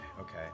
Okay